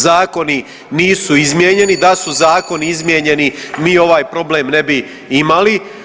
Zakoni nisu izmijenjeni, da su zakoni izmijenjeni mi ovaj problem ne bi imali.